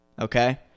Okay